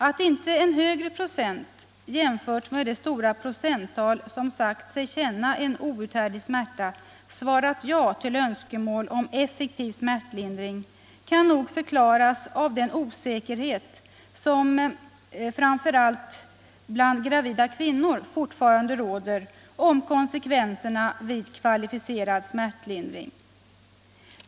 Att inte en högre procent jämfört med det stora procenttal som sagt sig känna en outhärdlig smärta svarat ja till önskemål om effektiv smärtlindring kan nog förklaras av den osäkerhet som framför allt bland gravida kvinnor fortfarande råder om konsekvenserna vid kvalificerad smärtlindring.